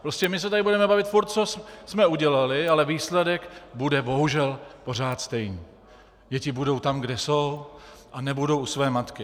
Prostě my se tady bude bavit pořád, co jsme udělali, ale výsledek bude bohužel pořád stejný: Děti budou tam, kde jsou, a nebudou u své matky.